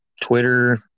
Twitter